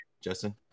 Justin